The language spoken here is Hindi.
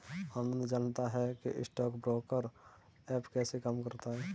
आनंद जानता है कि स्टॉक ब्रोकर ऐप कैसे काम करता है?